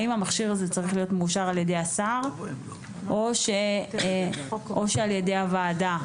האם המכשיר הזה צריך להיות מאושר על ידי השר או שעל ידי הוועדה?